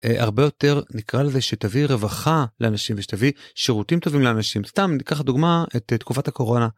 הרבה יותר נקרא לזה שתביא רווחה לאנשים ושתביא שירותים טובים לאנשים סתם ניקח דוגמה את תקופת הקורונה.